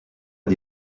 est